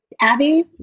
Abby